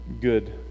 good